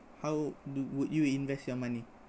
how do would you invest your money